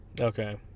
Okay